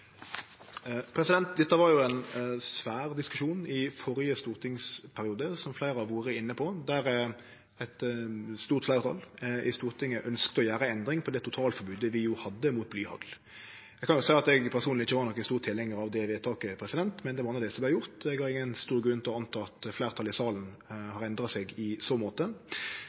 Dette var jo ein svær diskusjon i førre stortingsperiode, som fleire har vore inne på, der eit stort fleirtal i Stortinget ønskte å gjere ei endring på det totalforbodet vi jo hadde mot blyhagl. Eg kan vel seie at eg personleg ikkje var nokon stor tilhengjar av det vedtaket, men det var no det som vart gjort. Eg har ingen stor grunn til å anta at fleirtalet i salen har endra seg i så måte.